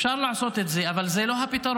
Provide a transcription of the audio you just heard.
אפשר לעשות את זה, אבל זה לא הפתרון.